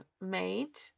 made